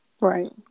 Right